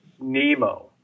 Nemo